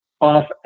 off